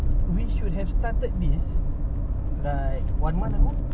we should have started this like one month ago